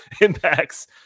impacts